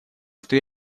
что